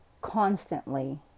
constantly